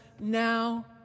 now